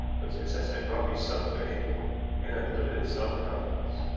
but success had brought me some fame and unlimited self-confidence.